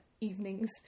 evenings